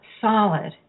solid